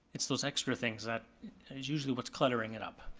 it's those extra things that is usually what's cluttering it up.